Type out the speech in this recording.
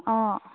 অঁ